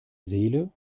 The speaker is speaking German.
seele